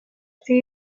see